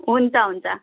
हुन्छ हुन्छ